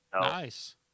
Nice